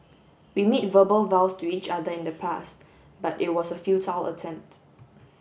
we made verbal vows to each other in the past but it was a futile attempt